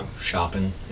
shopping